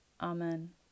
Amen